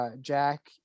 Jack